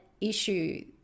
issue